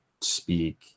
speak